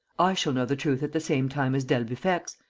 i shall know the truth at the same time as d'albufex,